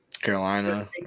Carolina